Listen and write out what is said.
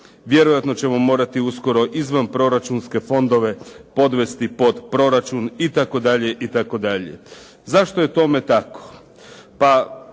vjerojatno ćemo morati uskoro izvanproračunske fondove podvesti pod proračun itd., itd. Zašto je tome tako?